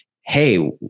Hey